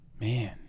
man